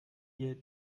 ihr